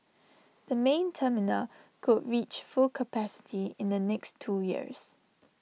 the main terminal could reach full capacity in the next two years